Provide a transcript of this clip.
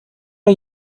are